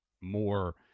more